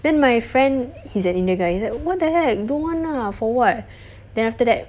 then my friend he's an indian guy he's like what the heck don't want lah for what then after that